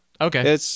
Okay